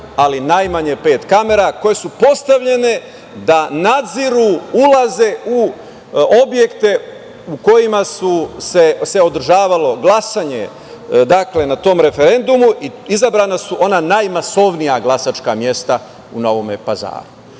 ali najmanje pet kamera, koje su postavljene da nadziru ulaze u objekte u kojima se održavalo glasanje na tom referendumu, i izabrana su ona najmasovnija glasačka mesta u Novom Pazaru. Tada